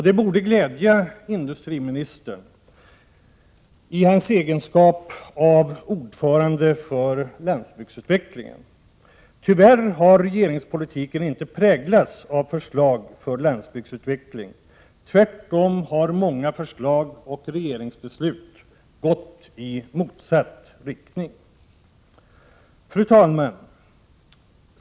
Det borde glädja industriministern i hans egenskap av ordförande för landsbygdsutvecklingen. Regeringspolitiken har tyvärr inte präglats av förslag för landsbygdsutveckling. Många förslag och regeringsbeslut har tvärtom gått i motsatt riktning. Fru talman!